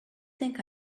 think